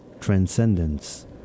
transcendence